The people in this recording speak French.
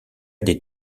des